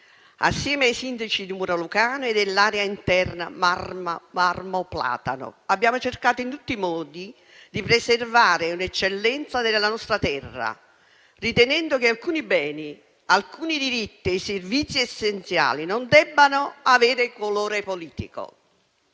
Assieme ai sindaci di Muro Lucano e dell'area interna Marmo Platano abbiamo cercato in tutti i modi di preservare un'eccellenza della nostra terra, ritenendo che alcuni beni, diritti e servizi essenziali non debbano avere colore politico.